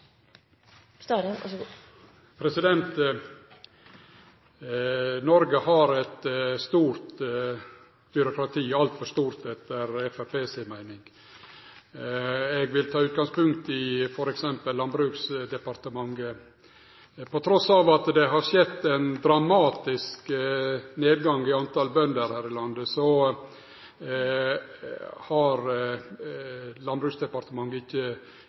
Noreg har eit stort byråkrati, altfor stort etter Framstegspartiet si meining. Eg vil ta utgangspunkt i f.eks. Landbruksdepartementet. Trass i at det har skjedd ein dramatisk nedgang i talet på bønder her i landet, har ikkje byråkratiet i Landbruksdepartementet fått den same rasjonaliseringa. Viss regjeringa sin rasjonaliseringspolitikk innan landbruk ikkje